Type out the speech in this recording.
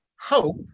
hope